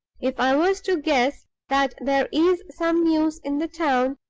if i was to guess that there is some news in the town,